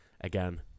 again